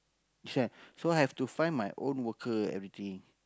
this one so I have to find my own worker everything